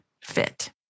fit